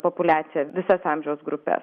populiaciją visas amžiaus grupes